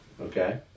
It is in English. okay